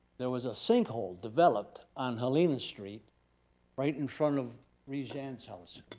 there was a sinkhole developed on helena street right in front of reganne's house.